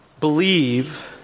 believe